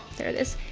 there it is.